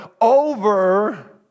over